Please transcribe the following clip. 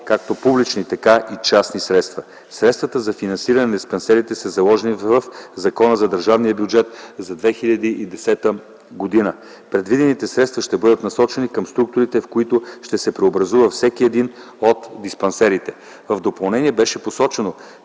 както публични, така и частни средства. Средствата за финансиране на диспансерите са заложени в Закона за държавния бюджет за 2010 г. Предвидените средства ще бъдат насочени към структурите, в които ще се преобразува всеки един от диспансерите. В допълнение беше посочено,